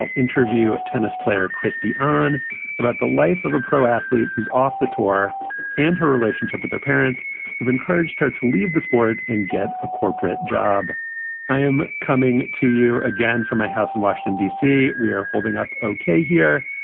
interview tennis player christianne about the life of a pro athlete who's off the tour and her relationship with their parents who've encouraged her to leave the sport and get a corporate job i am coming to you again from my house in washington, d c. we are holding up okay here,